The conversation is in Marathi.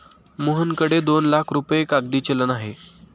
मोहनकडे दोन लाख रुपये कागदी चलन आहे